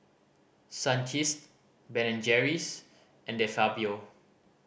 Sunkist Ben and Jerry's and De Fabio